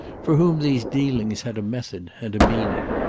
for whom these dealings had a method and a meaning.